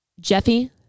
Jeffy